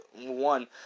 one